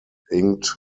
inked